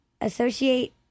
Associate